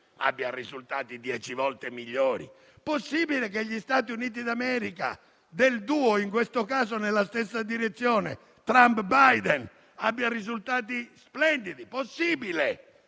abbia risultati dieci volte migliori? Possibile che gli Stati Uniti d'America, del duo - in questo caso nella stessa direzione - Trump-Biden, abbiano risultati splendidi? Pensate